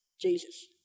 Jesus